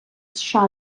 сша